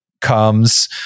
comes